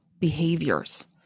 behaviors